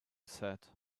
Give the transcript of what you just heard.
said